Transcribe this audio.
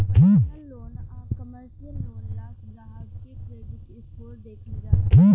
personal loan आ commercial loan ला ग्राहक के क्रेडिट स्कोर देखल जाला